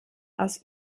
aus